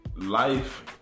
Life